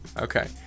Okay